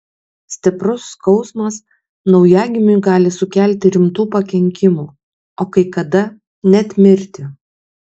stiprus skausmas naujagimiui gali sukelti rimtų pakenkimų o kai kada net mirtį